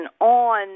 on